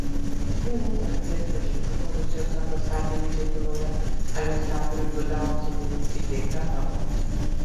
dėl oro erdvės pažeidimo rusijos ambasadoriui lietuvoje aleksandrui udalcovui įteikta nota